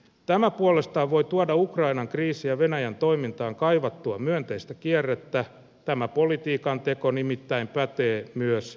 tämä puolestaan voi tuoda ukrainan kriisiin ja venäjän toimintaan kaivattua myönteistä kierrettä tämä politiikanteko nimittäin pätee myös presidentti putiniin